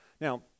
Now